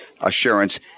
assurance